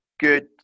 good